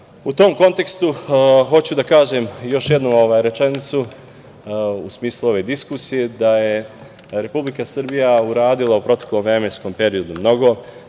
tom kontekstu hoću da kažem još jednu rečenicu u smislu ove diskusije da je Republika Srbija uradila u proteklom vremenskom periodu mnogo, da